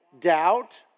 Doubt